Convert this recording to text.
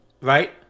right